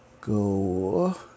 Go